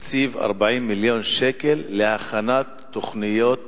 הקציב 40 מיליון שקל להכנת תוכניות